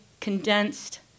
condensed